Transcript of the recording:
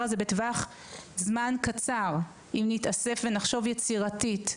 הזה בטווח זמן קצר אם נתאסף ונחשוב יצירתית.